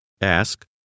Ask